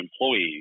employees